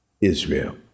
Israel